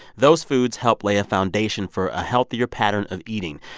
those foods help lay a foundation for a healthier pattern of eating.